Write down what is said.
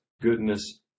goodness